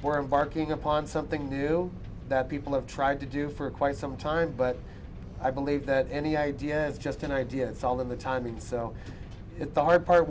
we're marking upon something new that people have tried to do for quite some time but i believe that any idea is just an idea it's all in the timing so the hard part